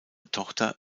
tochter